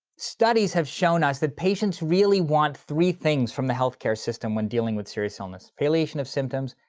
studies have shown us that patients really want three things from the health care system when dealing with serious illness. palliation of symptoms,